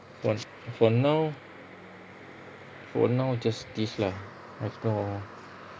tosh~ for now for now just this lah I also don't know